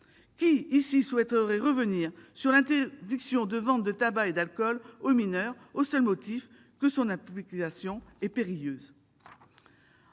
Qui souhaiterait ici revenir sur l'interdiction de vente de tabac et d'alcool aux mineurs, au seul motif que son application est périlleuse ?